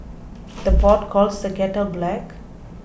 the pot calls the kettle black